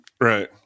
right